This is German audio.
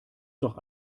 doch